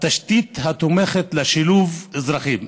התשתית התומכת לשילוב אזרחים,